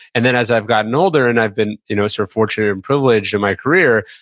and then, as i've gotten older and i've been you know sort of fortunate and privileged in my career,